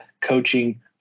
coaching